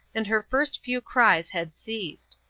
and her first few cries had ceased.